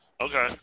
Okay